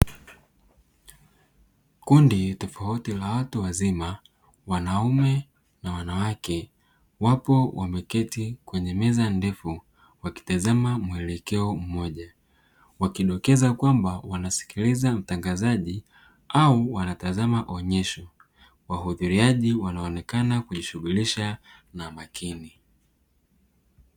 Kundi tofauti la watu wazima, wanaume na wanawake, wapo wameketi kwenye meza ndefu wakitazama mwelekeo mmoja, wakidokeza kwamba wanamsikiliza mtangazaji au wanatazama onyesho. Wahudhuriaji wanaonyesha kujishughulisha na makini.